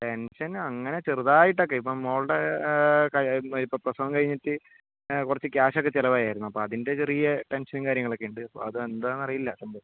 tension അങ്ങനെ ചെറുതായിട്ടൊക്കെ ഇപ്പോൾ മോളുടെ ഇപ്പോൾ പ്രസവം കഴിഞ്ഞിട്ട് കുറച്ച് ക്യാഷ് ഒക്കെ ചിലവായിരുന്നു അപ്പോൾ അതിൻ്റെ ചെറിയ ടെൻഷനും കാര്യങ്ങളൊക്കെ ഉണ്ട് അപ്പോൾ അതെന്താണെന്നു അറിയില്ല സംഭവം